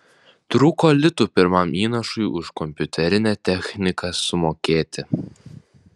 trūko litų pirmam įnašui už kompiuterinę techniką sumokėti